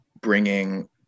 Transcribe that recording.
bringing